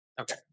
okay